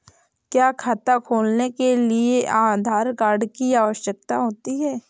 क्या खाता खोलने के लिए आधार कार्ड की आवश्यकता होती है?